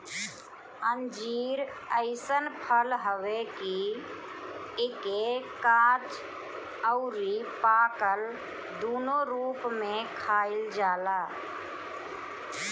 अंजीर अइसन फल हवे कि एके काच अउरी पाकल दूनो रूप में खाइल जाला